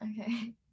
okay